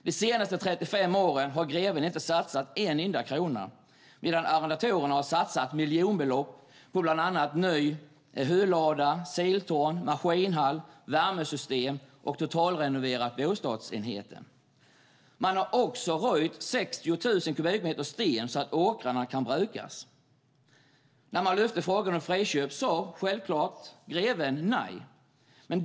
De senaste 35 åren har greven inte satsat en enda krona, medan arrendatorerna har satsat miljonbelopp på bland annat en ny hölada, siltorn, maskinhall, värmesystem och en totalrenovering av bostadsenheten. Man har också röjt 60 000 kubikmeter sten så att åkrarna kan brukas. När man lyfte frågan om friköp sade - självklart - greven nej.